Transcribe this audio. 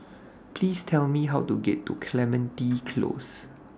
Please Tell Me How to get to Clementi Close